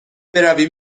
برویم